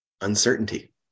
uncertainty